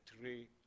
three